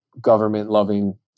government-loving